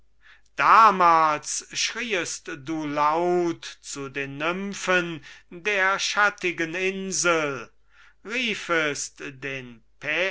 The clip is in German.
damals schrieest du laut zu den nymphen der schattigen insel riefest den